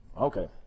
Okay